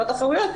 לא תחרויות,